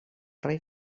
rei